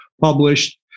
published